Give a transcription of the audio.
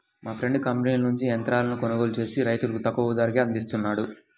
మా ఫ్రెండు కంపెనీల నుంచి యంత్రాలను కొనుగోలు చేసి రైతులకు తక్కువ ధరకే అందిస్తున్నాడు